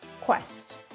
quest